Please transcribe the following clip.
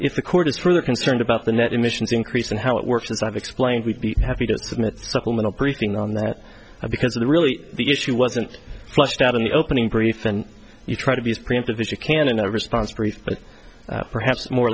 the court is truly concerned about the net emissions increase and how it works as i've explained we'd be happy to submit the supplemental briefing on that because of the really the issue wasn't fleshed out in the opening brief and you try to be as preemptive as you can in a response brief but perhaps more